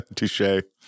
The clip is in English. Touche